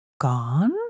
gone